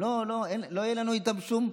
לא יהיה לנו איתם שום,